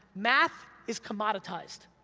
math is commoditized,